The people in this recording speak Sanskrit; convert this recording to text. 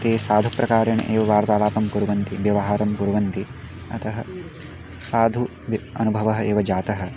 ते साधुप्रकारेण एव वार्तालापं कुर्वन्ति व्यवहारं कुर्वन्ति अतः साधुः अनुभवः एव जातः